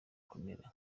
kumera